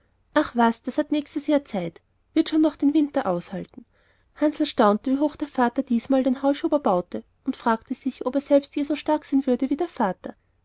ach was hat nächstes jahr zeit wird schon noch den winter aushalten hansl staunte wie hoch der vater diesmal die heuschober baute und fragte sich ob er selbst je so stark sein würde wie der vater